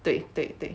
对对对